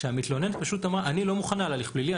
שהמתלוננת פשוט אמרה: אני לא מוכנה להליך פלילי,